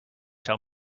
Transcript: tell